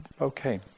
okay